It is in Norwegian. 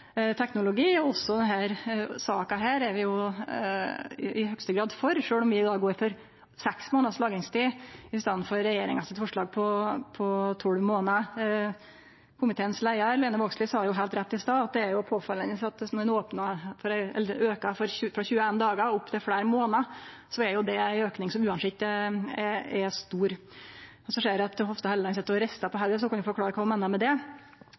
teknologi. Også denne saka er vi i høgste grad for, sjølv om vi går for seks månaders lagringstid i staden for forslaget frå regjeringa på tolv månader. Leiaren i komiteen, Lene Vågslid, sa heilt rett i stad at det er påfallande om ein aukar frå 21 dagar opp til fleire månader, at det er ein auke som uansett er stor. Eg ser at Hofstad Helleland sit og ristar på hovudet, så ho kan jo forklare kva ho meiner med det.